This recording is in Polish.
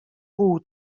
pół